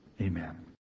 Amen